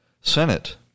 Senate